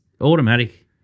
automatic